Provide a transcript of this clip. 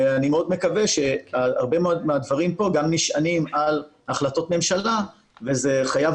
אני מאוד מקווה שהרבה מהדברים פה גם נשענים על החלטות ממשלה וזה חייב